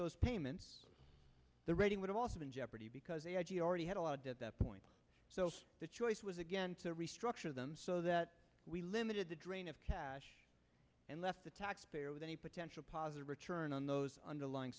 those payments the rating would have also been jeopardy because they already had allowed at that point so the choice was again to restructure them so that we limited the drain of cash and left the taxpayer with any potential positive return on those underlying